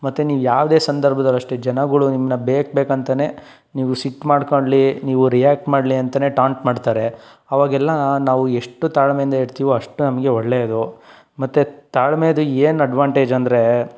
ಮತ್ತು ನೀವು ಯಾವುದೇ ಸಂದರ್ಭದಲ್ಲಿ ಅಷ್ಟು ಜನಗಳು ನಿಮ್ಮನ್ನ ಬೇಕು ಬೇಕು ಅಂತಲೇ ನೀವು ಸಿಟ್ಟು ಮಾಡ್ಕಳ್ಲಿ ನೀವು ರಿಯಾಕ್ಟ್ ಮಾಡಲಿ ಅಂತಲೇ ಟಾಂಟ್ ಮಾಡ್ತಾರೆ ಆವಾಗೆಲ್ಲ ನಾವು ಎಷ್ಟು ತಾಳ್ಮೆಯಿಂದ ಇರ್ತೀವೋ ಅಷ್ಟು ನಮಗೆ ಒಳ್ಳೆಯದು ಮತ್ತು ತಾಳ್ಮೆಯದು ಏನು ಅಡ್ವಾಂಟೇಜ್ ಅಂದರೆ